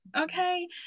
Okay